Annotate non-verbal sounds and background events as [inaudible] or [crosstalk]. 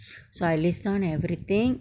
[noise] so I list down everything